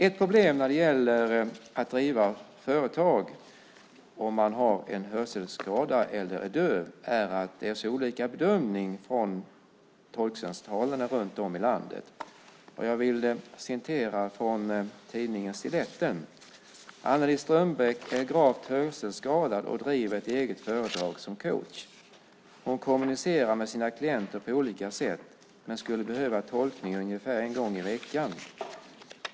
Ett problem när det gäller att driva företag om man har en hörselskada eller är döv är att det görs olika bedömning från tolkcentralerna runt om i landet. Jag vill citera tidningen Stiletten: "Annelie Strömbeck är gravt hörselskadad och driver ett eget företag som coach. Hon kommunicerar med sina klienter på olika sätt men skulle behöva tolkning ungefär en gång i veckan.